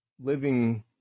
living